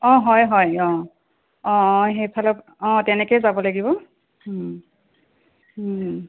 অঁ হয় হয় অঁ অঁ অঁ সেইফালৰ অঁ তেনেকৈয়ে যাব লাগিব